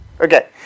Okay